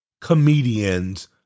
comedians